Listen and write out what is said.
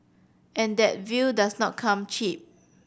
and that view does not come cheap